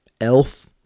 elf